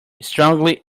strongly